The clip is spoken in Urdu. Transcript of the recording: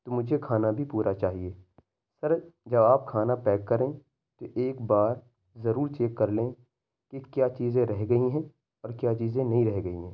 تو مجھے کھانا بھی پورا چاہیے سر جب آپ کھانا پیک کریں تو ایک بار ضرور چیک کرلیں کہ کیا چیزیں رہ گئی ہیں اور کیا چیزیں نہیں رہ گئی ہیں